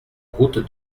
route